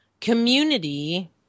community